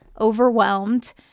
overwhelmed